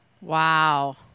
wow